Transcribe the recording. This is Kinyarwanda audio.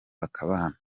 bakabana